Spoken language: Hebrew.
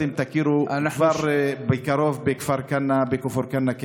תכירו כבר בקרוב בכפר כנא?